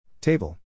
Table